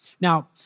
Now